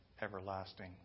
everlasting